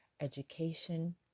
education